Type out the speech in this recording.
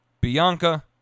Bianca